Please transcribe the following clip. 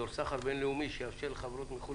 אזור חסר בינלאומי שיאפשר לחברות מחו"ל